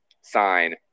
sign